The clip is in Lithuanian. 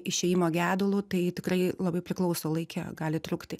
išėjimo gedulu tai tikrai labai priklauso laike gali trukti